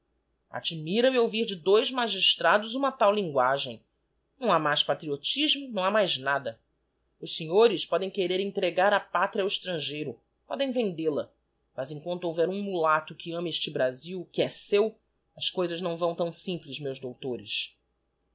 rancoroso admira-me ouvir de dois magistrados uma tal linguagem não ha mais patriotismo não ha mais nada os senhores podem querer entregar a pátria o extrangeiro podem vendel a mas emquanto houver um mulato que ame este brasil que é seu s coisas não vão tão simples meus doutores